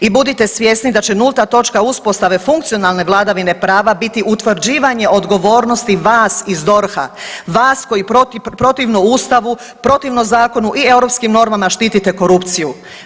I budite svjesni da će nulta točka uspostave funkcionalne vladavine prava biti utvrđivanje odgovornosti vas iz DORH-a, vas koji protivno ustavu, protivno zakonu i europskim normama štitite korupciju.